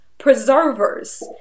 preservers